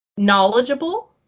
knowledgeable